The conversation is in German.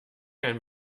ein